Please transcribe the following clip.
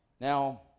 Now